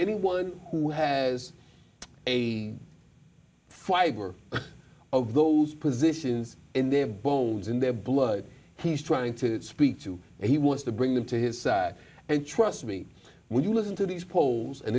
anyone who has a fiber of those positions and they have bones in their blood he's trying to speak to he wants to bring them to his side and trust me when you listen to these polls and